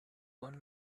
one